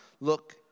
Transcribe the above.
look